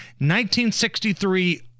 1963